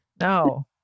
No